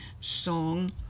song